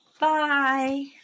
Bye